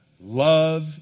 love